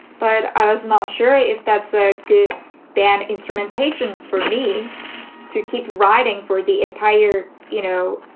but i was not sure if that's a good band instrumentation for me to keep writing for the entire, you know,